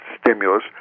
stimulus